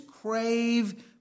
crave